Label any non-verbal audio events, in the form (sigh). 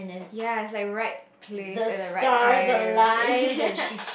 ya it's like right place at the right time (laughs) yes